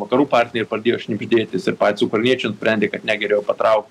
vakarų partneriai pradėjo šnibždėtis ir patys ukrainiečiai nusprendė kad ne geriau patrauk